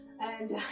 and-